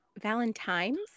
Valentine's